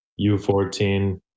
U14